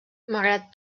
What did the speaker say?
malgrat